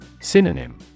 Synonym